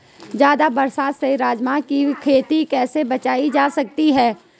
ज़्यादा बरसात से राजमा की खेती कैसी बचायी जा सकती है?